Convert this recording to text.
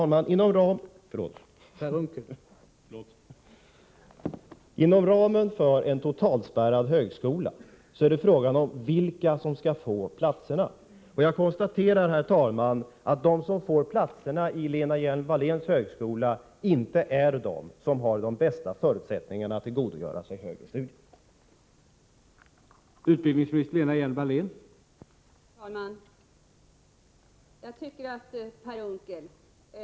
Herr talman! Inom ramen för en totalspärrad högskola är det fråga om vilka som skall få plats. Jag konstaterar, herr talman, att de som får platserna i Lena Hjelm-Walléns högskola inte är de som har de bästa förusättningarna att tillgodogöra sig högre studier.